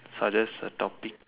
suggest a topic